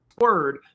word